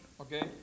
Okay